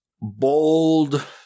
bold